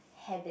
habit